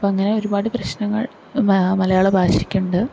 അപ്പം അങ്ങനെ ഒരുപാട് പ്രശ്നങ്ങൾ മലയാള ഭാഷയ്ക്ക് ഉണ്ട്